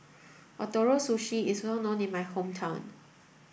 Ootoro Sushi is well known in my hometown